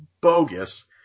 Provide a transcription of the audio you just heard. bogus